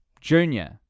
Junior